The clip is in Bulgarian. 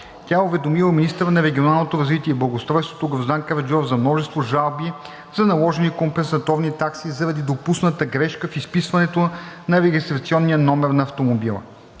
Тя е уведомила министъра на регионалното развитие и благоустройството Гроздан Караджов за множество жалби за наложени компенсаторни такси заради допусната грешка в изписването на регистрационния номер на автомобила.